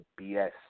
BS